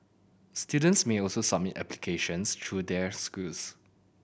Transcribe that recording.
students may also submit applications through their schools